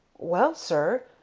well, sir,